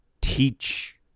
teach